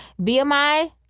BMI